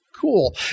cool